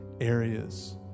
areas